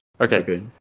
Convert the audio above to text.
Okay